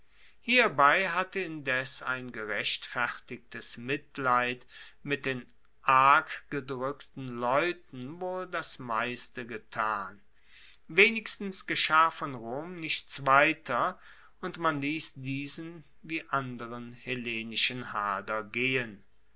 hierbei hatte indes ein gerechtfertigtes mitleid mit den arg gedrueckten leuten wohl das meiste getan wenigstens geschah von rom nichts weiter und man liess diesen wie anderen hellenischen hader gehen